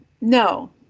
No